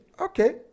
okay